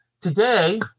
today